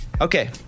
Okay